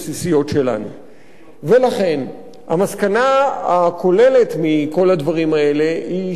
ולכן המסקנה הכוללת מכל הדברים האלה היא שבגלל הבעיות האלה